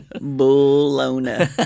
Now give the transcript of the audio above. Bologna